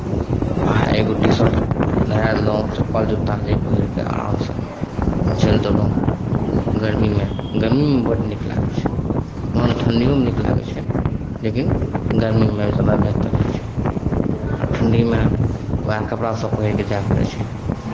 आ एगो T shirt नहाए लेलहुँ चप्पल जुत्ता जे पहिर कऽ आरामसँ चलि देलहुँ गर्मीमे गर्मीमे बड्ड नीक लागै छै ओहन ठण्ढिओमे नीक लागै छै लेकिन गर्मीमे ओहिसँ बड़ा बेहतर होइ छै आ ठण्ढीमे उएह कपड़ासभ पहीर कऽ जाए पड़ै छै